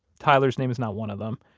tyler's name is not one of them.